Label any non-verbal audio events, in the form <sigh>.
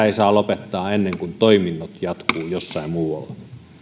<unintelligible> ei saa lopettaa ennen kuin toiminnot jatkuvat jossain muualla